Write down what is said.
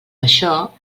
això